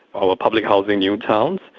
our public housing new town.